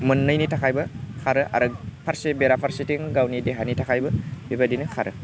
मोननैनि थाखायबो खारो आरो फारसे बेरा फारसेथिं गावनि देहानि थाखायबो बेबायदिनो खारो